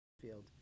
field